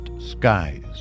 skies